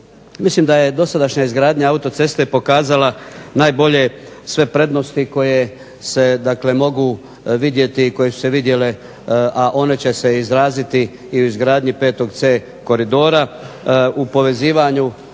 mislim da je dosadašnja izgradnje autoceste pokazala najbolje sve prednosti koje se dakle mogu vidjeti i koje su se vidjele a one će se izraziti i u izgradnji VC koridora u povezivanju